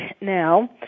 now